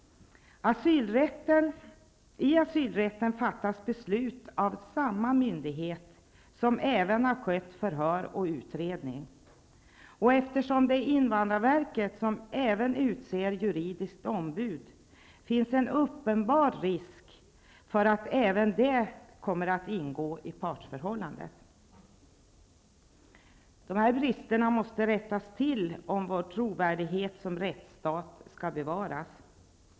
Enligt asylrätten fattas beslut av samma myndighet som har skött förhör och utredning. Och eftersom det är invandrarverket som även utser juridiskt ombud finns en uppenbar risk för att det kommer att ingå i partsförhållandet. De här bristerna måste rättas till om vår trovärdighet som rättsstat skall bevaras.